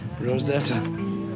Rosetta